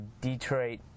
Detroit